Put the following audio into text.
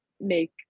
make